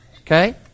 Okay